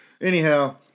anyhow